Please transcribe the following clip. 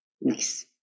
nice